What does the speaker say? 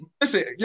Listen